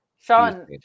Sean